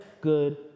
good